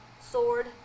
sword